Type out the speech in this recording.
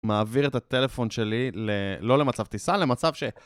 מעביר את הטלפון שלי ל.. לא למצב טיסה, למצב ש...